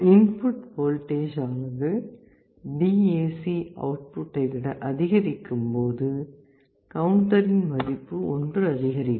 input voltage ஆனது DAC அவுட்புட்டை விட அதிகரிக்கும் போது கவுண்டரின் மதிப்பு ஒன்று அதிகரிக்கும்